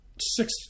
six